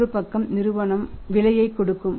இன்னொரு பக்கம் நிறுவனம் விலையைகொடுக்கும்